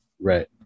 Right